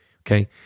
okay